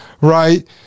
right